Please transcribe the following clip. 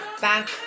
back